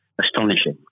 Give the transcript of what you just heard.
astonishing